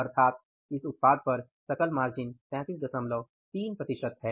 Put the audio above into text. अर्थात इस उत्पाद पर सकल मार्जिन 333 प्रतिशत है